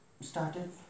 started